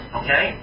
okay